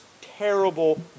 terrible